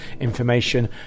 information